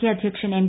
K അധ്യക്ഷൻ M